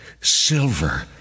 silver